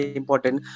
important